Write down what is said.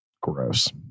Gross